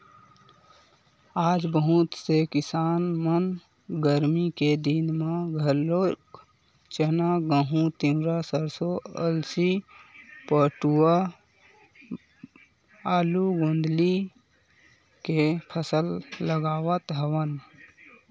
आज बहुत से किसान मन गरमी के दिन म घलोक चना, गहूँ, तिंवरा, सरसो, अलसी, बटुरा, आलू, गोंदली के फसल लगावत हवन